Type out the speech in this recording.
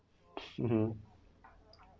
mmhmm